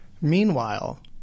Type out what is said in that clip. Meanwhile